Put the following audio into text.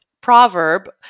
Proverb